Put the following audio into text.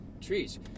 trees